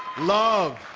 love,